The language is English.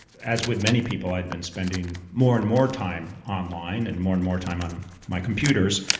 as with many people, i've been spending more and more time online and more and more time on my computers,